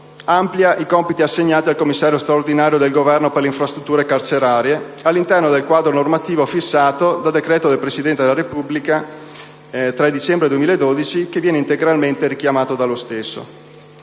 amplia i compiti assegnati al Commissario straordinario del Governo per le infrastrutture carcerarie all'interno del quadro normativo fissato dal decreto del Presidente della Repubblica n. 207 del 3 dicembre 2012, integralmente richiamato dallo stesso.